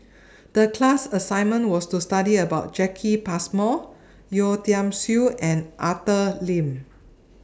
The class assignment was to study about Jacki Passmore Yeo Tiam Siew and Arthur Lim